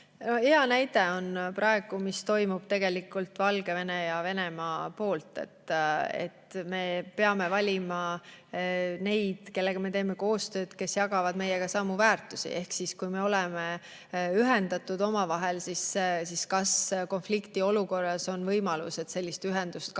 Hea näide on praegu, mida teevad tegelikult Valgevene ja Venemaa. Me peame valima, kellega me teeme koostööd, kes jagavad meiega samu väärtusi. Näiteks kui me oleme omavahel ühendatud, siis kas konfliktiolukorras on võimalus, et sellist ühendust kasutatakse